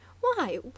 Why